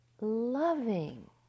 loving